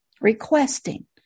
requesting